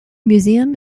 museum